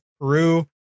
Peru